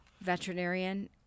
veterinarian